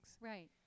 Right